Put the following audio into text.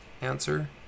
Answer